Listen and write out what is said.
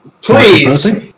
Please